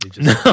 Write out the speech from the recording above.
No